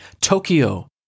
Tokyo